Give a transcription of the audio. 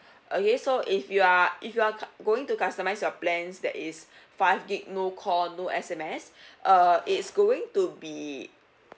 okay so if you are if you are cu~ going to customise your plans that is five gig no call no S_M_S uh it's going to be